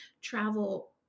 travel